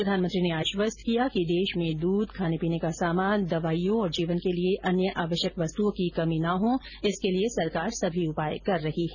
प्रधानमंत्री ने आश्वस्त किया कि देश में दूध खाने पीने का सामान दवाइयों और जीवन के लिए अन्य आवश्यक वस्तुओ की कमी ना हो इसके लिए सरकार सभी उपाय कर रही है